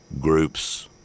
groups